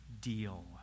deal